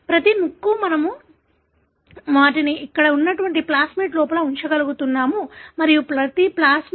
ప్రతి ముక్క మనము వాటిని ఇక్కడ ఉన్నటువంటి ప్లాస్మిడ్ లోపల ఉంచగలుగుతాము మరియు ప్రతి ప్లాస్మిడ్ మనం E